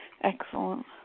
Excellent